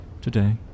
Today